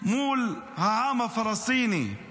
מול העם הפלסטיני.